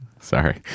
Sorry